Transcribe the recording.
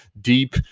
deep